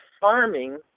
farming